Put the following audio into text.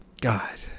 God